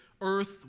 earth